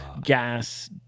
Gas